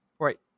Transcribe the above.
right